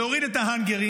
להוריד את ההאנגרים,